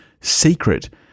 secret